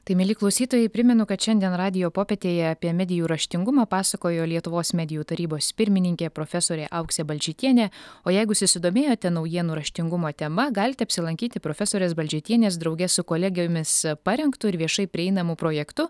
tai mieli klausytojai primenu kad šiandien radijo popietėje apie medijų raštingumą pasakojo lietuvos medijų tarybos pirmininkė profesorė auksė balčytienė o jeigu susidomėjote naujienų raštingumo tema galite apsilankyti profesorės balčytienės drauge su kolegijomis parengtu ir viešai prieinamu projektu